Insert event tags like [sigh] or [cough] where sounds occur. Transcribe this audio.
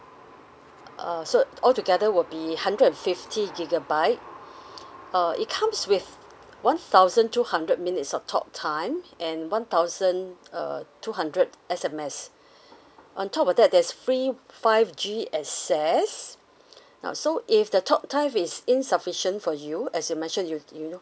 uh so all together will be hundred and fifty gigabyte uh it comes with one thousand two hundred minutes of talk time and one thousand uh two hundred S_M_S [breath] on top of that there's free five g access now so if the talk times is insufficient for you as you mention you you know